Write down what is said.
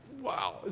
wow